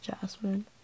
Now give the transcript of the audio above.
Jasmine